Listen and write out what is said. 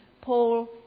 Paul